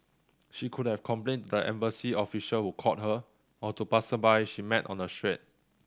she could have complained to embassy official who called her or to passersby she met on the street